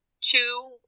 two